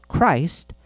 Christ